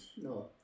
No